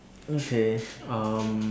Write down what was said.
okay um